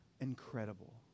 incredible